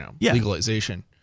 legalization